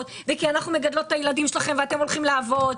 וכי אנחנו מגדלות את הילדים שלכם ואתם הולכים לעבוד.